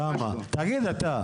תגיד אתה.